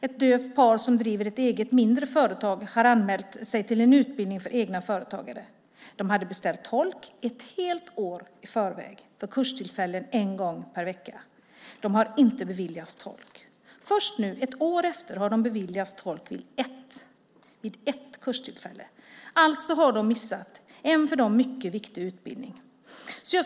Ett dövt par som driver ett eget mindre företag hade anmält sig till en utbildning för egna företagare. De hade beställt tolk ett helt år i förväg för kurstillfällen en gång per vecka. De har inte beviljats tolk. Först nu ett år efter har de beviljats tolk vid ett kurstillfälle. Alltså har de missat en för dem mycket viktig utbildning.